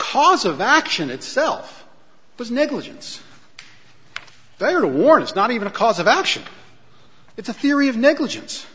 cause of action itself was negligence their award is not even a cause of action it's a theory of negligence